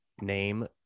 name